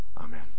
Amen